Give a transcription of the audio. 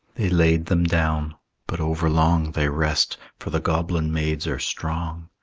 they laid them down but over long they rest for the goblin maids are strong.